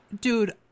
Dude